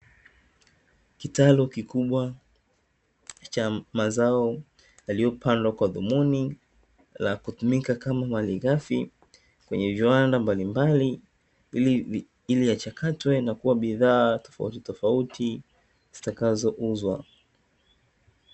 Kitalu kikubwa cha mazao yaliyopandwa kwa dhumuni la kutumika kama malighafi kwenye viwanda mbalimbali, ili yachakatwe na kuwa bidhaa tofautitofauti zitakazouzwa.